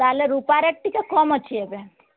ତାହେଲେ ରୂପା ରେଟ୍ ଟିକିଏ କମ ଅଛି ଏବେ